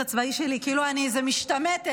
הצבאי שלי כאילו אני איזה משתמטת,